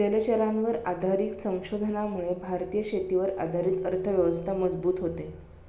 जलचरांवर आधारित संशोधनामुळे भारतीय शेतीवर आधारित अर्थव्यवस्था मजबूत होते